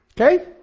Okay